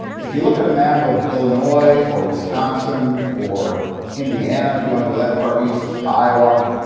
if you look at a map of illinois or wisconsin or indiana, if you want to go that far east, iowa,